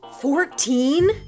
Fourteen